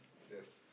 yes